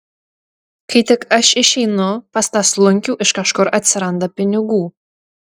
kai tik aš išeinu pas tą slunkių iš kažkur atsiranda pinigų